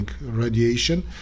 radiation